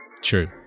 True